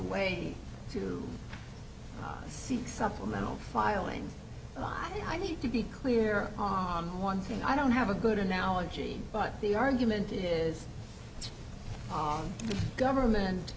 way to seek supplemental filing i need to be clear on one thing i don't have a good analogy but the argument is it's our government